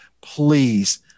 please